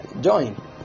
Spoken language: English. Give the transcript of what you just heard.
Join